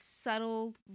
subtle